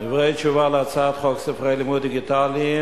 דברי תשובה להצעת חוק ספרי לימוד דיגיטליים,